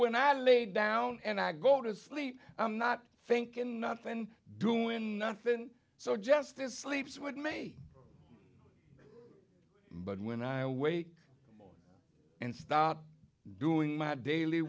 when i lay down and i go to sleep i'm not thinking not then doing nothing so just as sleeps with me but when i awake and stop doing my daily